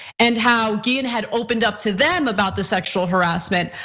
and how guillen had opened up to them about the sexual harassment.